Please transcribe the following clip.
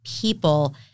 people